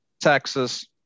Texas